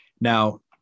Now